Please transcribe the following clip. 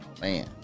man